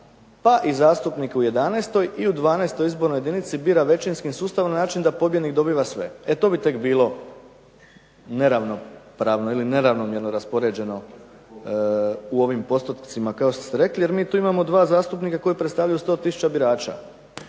pa i zastupnik u 11. i u 12. izbornoj jedinici bira većinskim sustavom na način da pobjednik dobiva sve. E to bi tek bilo neravnopravno ili neravnomjerno raspoređeno u ovim postotcima kao što ste rekli, jer mi tu imamo dva zastupnika koji predstavljaju 100 tisuća birača.